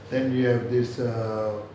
then you have this err